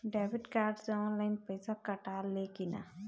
Debit card से online पैसा कटा ले कि ना?